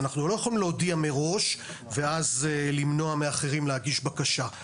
אנחנו לא יכולים להודיע מראש ואז למנוע מאחרים להגיש בקשה.